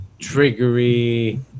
triggery